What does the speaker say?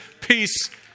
peace